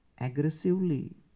aggressively